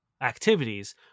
activities